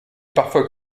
parfois